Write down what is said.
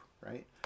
right